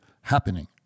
happening